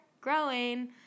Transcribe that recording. growing